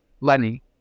Lenny